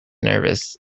nervous